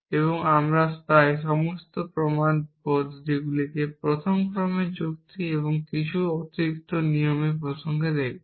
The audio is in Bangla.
এবং আমরা এই সমস্ত প্রমাণ পদ্ধতিগুলিকে প্রথম ক্রমের যুক্তি এবং কিছু অতিরিক্ত নিয়মের প্রসঙ্গে দেখব